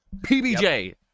pbj